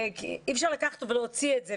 אי אפשר להוציא את זה.